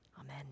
Amen